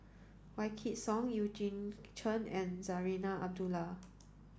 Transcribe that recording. Wykidd Song Eugene Chen and Zarinah Abdullah